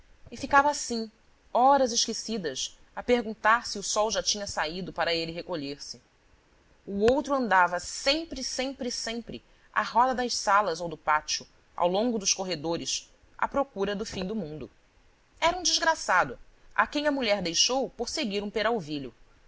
e ficava assim horas esquecidas a perguntar se o sol já tinha saído para ele recolher-se o outro andava sempre sempre sempre à roda das salas ou do pátio ao longo dos corredores à procura do fim do mundo era um desgraçado a quem a mulher deixou por seguir um peralvilho mal